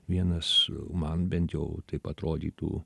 vienas man bent jau taip atrodytų